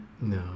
No